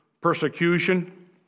persecution